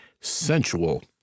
sensual